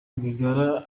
rwigara